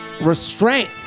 restraint